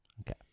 Okay